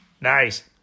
Nice